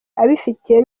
abifitiye